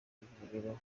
ivuriro